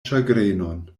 ĉagrenon